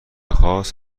خاص